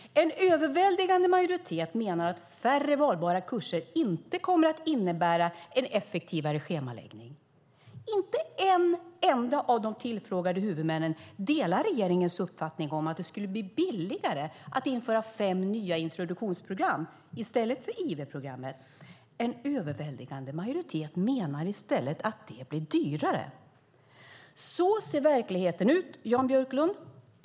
En överväldigande majoritet menar att färre valbara kurser inte kommer att innebära en effektivare schemaläggning. Inte en enda av de tillfrågade huvudmännen delar regeringens uppfattning att det skulle bli billigare att införa fem nya introduktionsprogram i stället för IV-programmet. En överväldigande majoritet menar i stället att det blir dyrare. Så ser verkligheten ut, Jan Björklund.